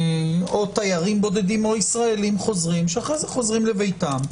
או תיירים בודדים או ישראלים חוזרים שאחר כך חוזרים לביתם,